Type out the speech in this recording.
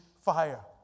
fire